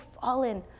fallen